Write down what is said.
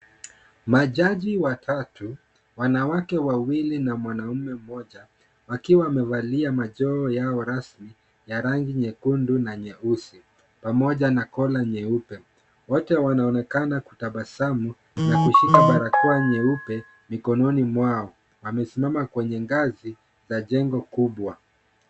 Majaji watatu, wanawake wawili na mwanaume mmoja, wakiwa wamevalia majoho yao rasmi ya rangi nyekundu na nyeusi, pamoja na kola nyeupe. Wote wanaonekana kutabasamu, na kushika barakoa nyeupe mikononi mwao, wamesimama kwenye ngazi la jengo kubwa.